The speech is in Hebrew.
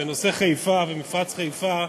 בנושא חיפה ומפרץ חיפה,